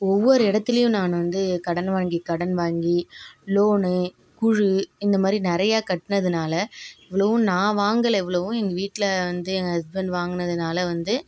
ஒவ்வொரு இடத்துலயும் நான் வந்து கடன் வாங்கி கடன் வாங்கி லோன்னு குழு இந்த மாதிரி நிறைய கட்டினதுனால இவ்வளோவும் நான் வாங்கலை இவ்வளோவும் எங்க வீட்டில் வந்து என் ஹஸ்பண்ட் வாங்கினதுனால வந்து